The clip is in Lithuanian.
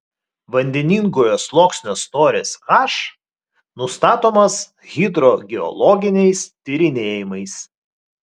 vandeningojo sluoksnio storis h nustatomas hidrogeologiniais tyrinėjimais